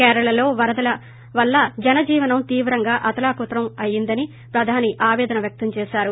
కేరళలో వరదలు జన జీవనాన్ని తీవ్రంగా అతలాకుతలం అయ్యిందని ప్రదాని ఆపేదన వ్యక్తం చేసారు